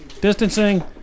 distancing